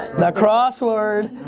the crossword.